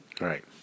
Right